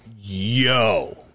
Yo